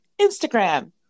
Instagram